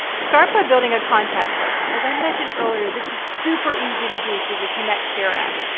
start by building a contact list, as i mentioned earlier this is super easy to do through the kynect share app.